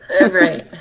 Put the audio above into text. Right